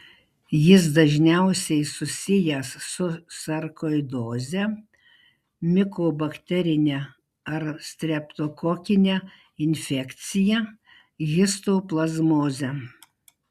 jis dažniausiai susijęs su sarkoidoze mikobakterine ar streptokokine infekcija histoplazmoze